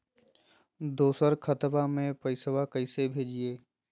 दोसर खतबा में पैसबा कैसे भेजिए?